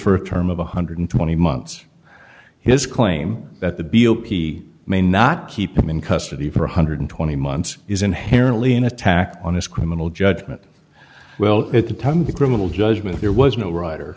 for a term of one hundred and twenty months his claim that the below he may not keep him in custody for one hundred and twenty months is inherently an attack on his criminal judgment well at the time of the criminal judgment there was no writer